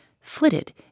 flitted